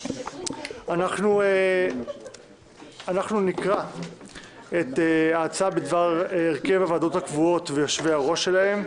אנחנו נקרא את ההצעה בדבר הרכב הוועדות הקבועות ויושבי הראש שלהן,